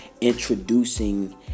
introducing